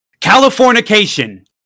Californication